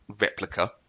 replica